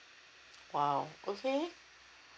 !wow! okay